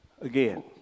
again